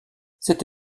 cette